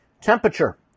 temperature